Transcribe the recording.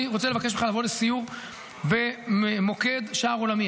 אני רוצה לבקש ממך לבוא לסיור במוקד שער עולמי.